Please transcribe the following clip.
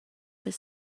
was